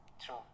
true